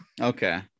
Okay